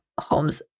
Holmes